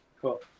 cool